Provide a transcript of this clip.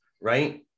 right